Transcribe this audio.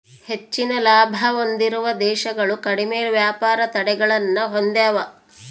ಹೆಚ್ಚಿನ ಲಾಭ ಹೊಂದಿರುವ ದೇಶಗಳು ಕಡಿಮೆ ವ್ಯಾಪಾರ ತಡೆಗಳನ್ನ ಹೊಂದೆವ